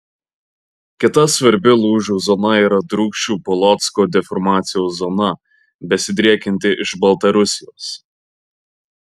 kita svarbi lūžių zona yra drūkšių polocko deformacijos zona besidriekianti iš baltarusijos